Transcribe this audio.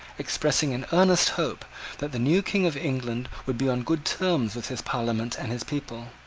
expressing an earnest hope that the new king of england would be on good terms with his parliament and his people.